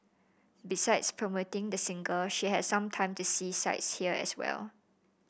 besides promoting the single she had some time to see sights here as well